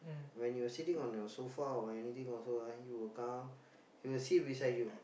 when you're sitting on your sofa or anything also ah he will come he will sit beside you